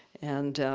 and